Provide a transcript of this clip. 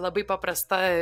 labai paprasta